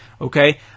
Okay